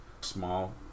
small